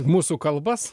mūsų kalbas